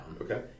Okay